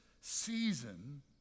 season